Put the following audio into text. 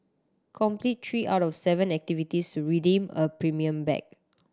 complete three out of seven activities to redeem a premium bag